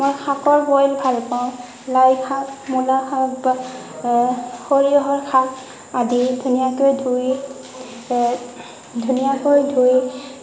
মই শাকৰ বইল ভাল পাওঁ লাই শাক মূলা শাক বা সৰিয়হৰ শাক আদি ধুনীয়াকৈ ধুই ধুনীয়াকৈ ধুই